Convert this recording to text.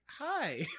hi